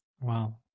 Wow